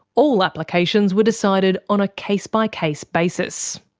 all applications were decided on a case by case basis.